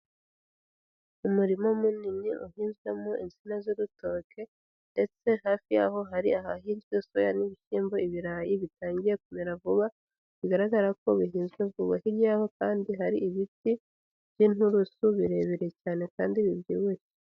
Umurima munini uhinzwemo insina z'urutoke, ndetse hafi yaho hari ahahinzwe soya n'ibishyimbo, ibirayi bitangiye kumera vuba, bigaragara ko bihinzwe vuba, hirya y'aho kandi hari ibiti by'inturusu birebire cyane kandi bibyibushye.